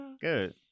Good